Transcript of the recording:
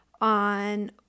on